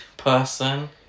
person